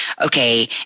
okay